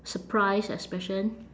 surprise expression